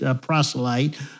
proselyte